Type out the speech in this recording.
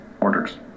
orders